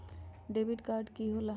Debit card की होला?